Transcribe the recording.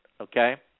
Okay